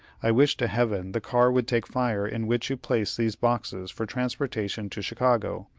i wish to heaven the car would take fire in which you place these boxes for transportation to chicago,